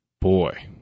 boy